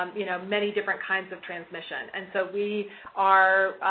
um you know, many different kinds of transmission. and so, we are,